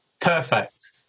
Perfect